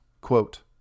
quote